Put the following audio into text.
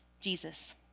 Jesus